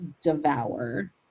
devour